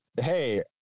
Hey